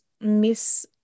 miss